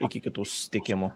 iki kitų susitikimų